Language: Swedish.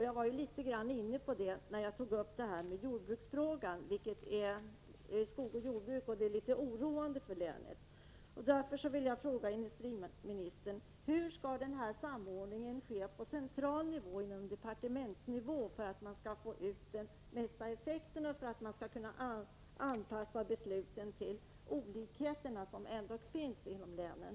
Jag var inne på den saken när jag tog upp frågan om skog och jordbruk, som är litet oroande för länet. Därför vill jag alltså fråga industriministern: Hur skall denna samordning ske på central nivå, på departementsnivå, för att man skall få den bästa effekten, för att man skall kunna anpassa besluten till de olikheter som ändå finns inom länen?